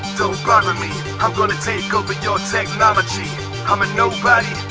don't bother me i'm gonna take over your technology i'm a nobody,